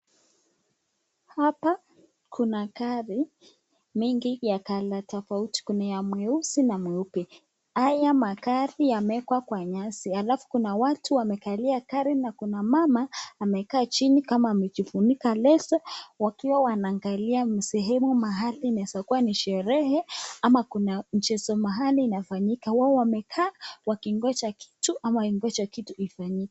Hapa kuna gari mingi ya color tofauti. Kuna ya mweusi na mweupe. Haya magari yameekwa kwa nyasi, alafu kuna watu wamekalia gari, na kuna mama amekaa chini kama amejifunika leso wakiwa wanaangalia sehemu, mahali inaeza kuwa ni sherehe ama kuna mchezo mahali inafanyika. Wao wamekaa wakingoja kitu ama wakingoja kitu ifanyike.